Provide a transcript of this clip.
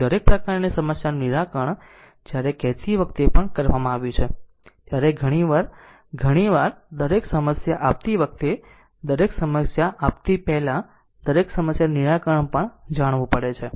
તેથી દરેક પ્રકારની સમસ્યાનું નિરાકરણ જ્યારે કહેતી વખતે પણ કરવામાં આવ્યું છે ત્યારે ઘણી વાર ઘણીવાર દરેક સમસ્યા આપતી વખતે દરેક સમસ્યા આપતી પહેલા દરેક સમસ્યાનું નિરાકરણ પણ જાણવું પડે છે